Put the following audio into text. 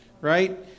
right